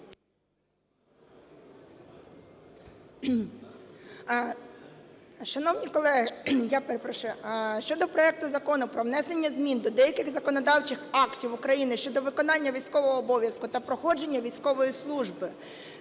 Шановні колеги, я перепрошую, щодо проекту Закону про внесення змін до деяких законодавчих актів України (щодо виконання військового обов'язку та проходження військової служби).